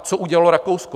Co udělalo Rakousko?